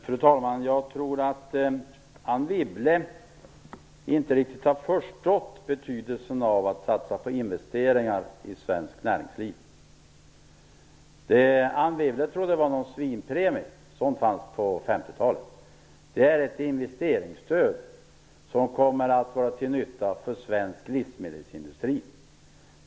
Fru talman! Jag tror att Anne Wibble inte riktigt har förstått betydelsen av att satsa på investeringar i svenskt näringsliv. Vad Anne Wibble trott vara en svinpremie - en sådan fanns på 50-talet - är ett investeringsstöd som kommer att vara till nytta för svensk livsmedelsindustri.